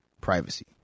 Privacy